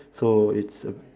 so it's uh